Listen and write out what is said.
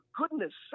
goodness